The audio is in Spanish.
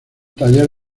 taller